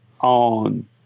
on